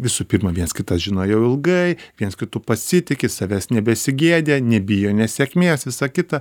visų pirmą viens kitą žino jau ilgai viens kitu pasitiki savęs nebesigėdija nebijo nesėkmės visa kita